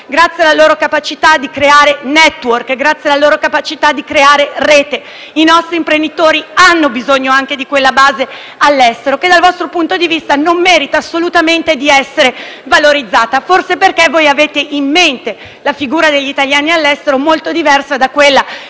grazie alla loro capacità di creare *network* e di creare rete. I nostri imprenditori hanno bisogno anche di quella base all'estero, che dal vostro punto di vista non merita assolutamente di essere valorizzata. Forse perché voi avete in mente una figura degli italiani all'estero molto diversa da quella